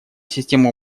система